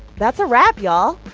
that's a wrap, y'all.